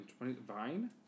Vine